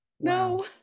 No